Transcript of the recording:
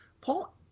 Paul